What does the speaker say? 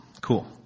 Cool